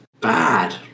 bad